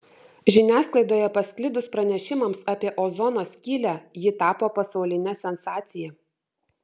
žiniasklaidoje pasklidus pranešimams apie ozono skylę ji tapo pasauline sensacija